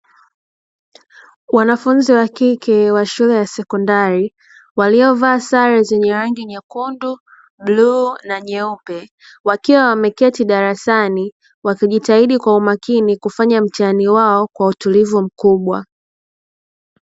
Wanafunzi wa kike wa shule ya sekondari waliovaa sare zenye rangi nyekundu, bluu na nyeupe wakiwa wameketi darasani wakijitahidi kwa umakini kufanya mtihani wao kwa utulivu mkubwa.